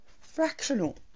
fractional